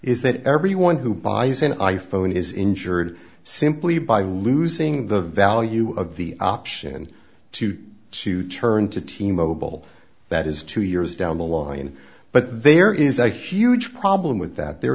is that everyone who buys an i phone is insured simply by losing the value of the option to choose to turn to team mobile that is two years down the law in but there is a huge problem with that there